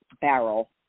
barrel